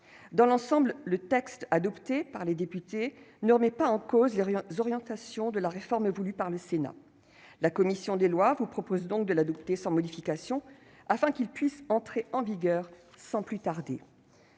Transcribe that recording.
Dans l'ensemble, le texte adopté par les députés ne remet pas en cause les orientations de la réforme voulue par le Sénat. C'est pourquoi, mes chers collègues, la commission des lois vous propose de l'adopter sans modification, afin qu'il puisse entrer en vigueur sans plus tarder.